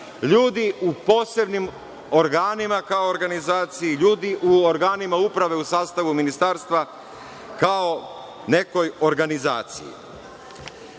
ljudi u posebnim organima kao organizaciji, ljudi u organima uprave u sastavu ministarstava kao nekoj organizaciji.